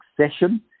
succession